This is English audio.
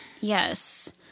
Yes